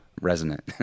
resonant